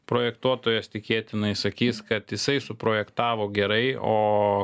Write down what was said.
projektuotojas tikėtinai sakys kad jisai suprojektavo gerai o